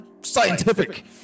scientific